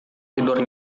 tidur